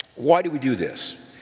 why do we do this?